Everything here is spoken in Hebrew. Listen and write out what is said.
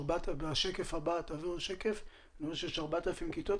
בשקף הבא אני רואה שיש 4,000 כיתות.